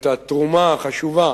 את התרומה החשובה